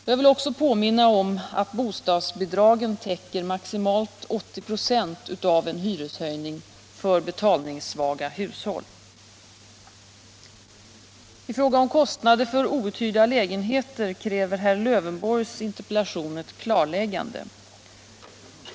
Jag vill också påminna om att bostadsbidragen täcker maximalt 80 26 av en hyreshöjning för betalningssvaga hushåll. I fråga om kostnader för outhyrda lägenheter kräver herr Lövenborgs interpellation ett klarläggande.